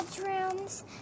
bedrooms